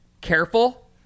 careful